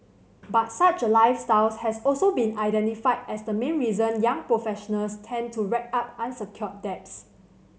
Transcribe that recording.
but such a lifestyle has also been identified as the main reason young professionals tend to rack up unsecured debts